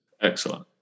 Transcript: Excellent